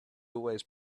always